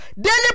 Daily